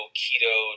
keto